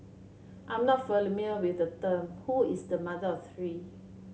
I'm not with the term who is the mother of three